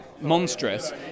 monstrous